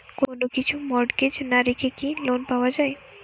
কোন কিছু মর্টগেজ না রেখে কি লোন পাওয়া য়ায়?